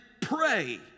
pray